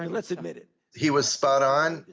um let's admit it. he was spot on,